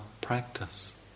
practice